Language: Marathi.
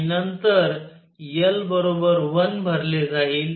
आणि नंतर l 1 भरले जाईल